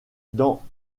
dans